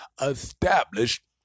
established